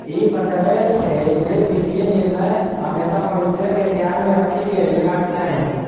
ई बतबै छै, जे वित्तीय निर्णय हमेशा भविष्य कें ध्यान मे राखि कें लेबाक चाही